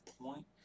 point